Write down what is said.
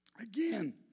Again